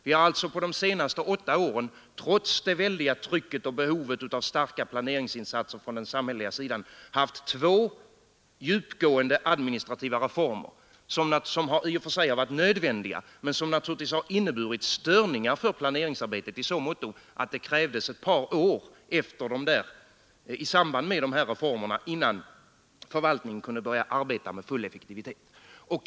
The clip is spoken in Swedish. Vi har alltså på de senaste åtta åren, trots det väldiga trycket och behovet av starka planeringsinsatser på den samhälleliga sidan, haft två djupgående administrativa reformer, som i och för sig har varit nödvändiga men som naturligtvis har inneburit störningar för planeringsarbetet i så måtto att det krävdes ett par år i samband med reformerna innan förvaltningen kunde börja arbeta med full effektivitet.